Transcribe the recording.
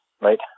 right